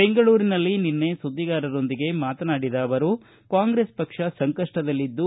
ಬೆಂಗಳೂರಿನಲ್ಲಿ ನಿನ್ನೆ ಸುದ್ದಿಗಾರರೊಂದಿಗೆ ಮಾತನಾಡಿದ ಅವರು ಕಾಂಗ್ರೆಸ್ ಪಕ್ಷ ಸಂಕಷ್ಟದಲ್ಲಿದ್ದು